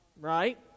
right